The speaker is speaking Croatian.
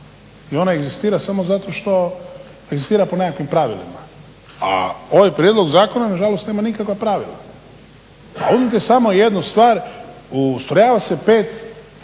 i ono egzistira samo zato što egzistira po nekakvim pravilima, a ovaj prijedlog zakona nažalost nema nikakva pravila. Pa uzmite samo jednu stvar, ustrojava se 5